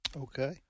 Okay